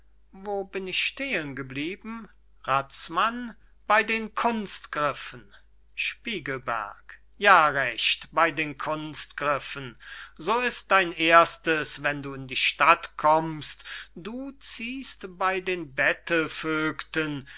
wo bin ich stehen geblieben razmann bey den kunstgriffen spiegelberg ja recht bey den kunstgriffen so ist dein erstes wenn du in die stadt kommst du ziehst bey den